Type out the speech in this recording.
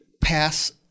pass